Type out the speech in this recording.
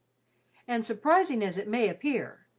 and, surprising as it may appear,